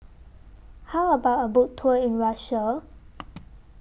How about A Boat Tour in Russia